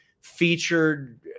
featured